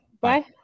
Bye